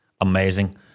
amazing